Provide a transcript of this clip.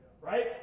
right